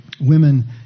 women